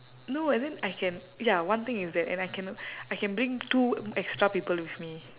no and then I can ya one thing is that and I can I can bring two extra people with me